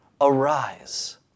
Arise